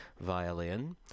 violin